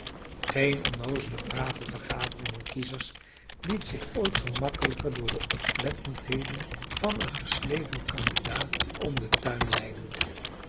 geen onnoozele brave vergadering van kiezers liet zich ooit gemakkelijker door de oplettendheden van een geslepen candidaat om den tuin leiden